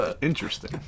interesting